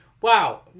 Wow